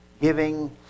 giving